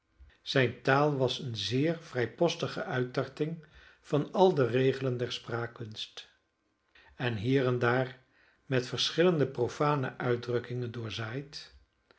zijne taal was eene zeer vrijpostige uittarting van al de regelen der spraakkunst en hier en daar met verschillende profane uitdrukkingen